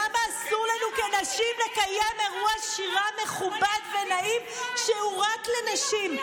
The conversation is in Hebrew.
למה אסור לנו כנשים לקיים אירוע שירה מכובד ונעים שהוא רק לנשים,